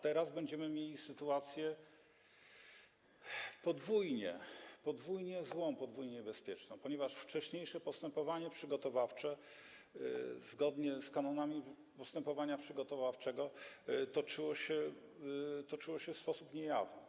Teraz będziemy mieli sytuację podwójnie złą, podwójnie niebezpieczną, ponieważ wcześniejsze postępowanie przygotowawcze zgodnie z kanonami postępowania przygotowawczego toczyło się w sposób niejawny.